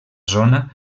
zona